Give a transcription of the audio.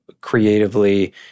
creatively